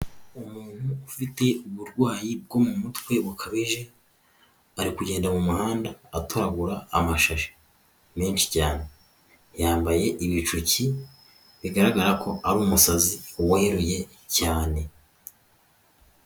Umuntu ufite uburwayi bwo mu mutwe bukabije ari kugenda mu muhanda atoragura amashashi menshi cyane. Yambaye ibicuki bigaragara ko ari umusazi weruye cyane.